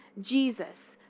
Jesus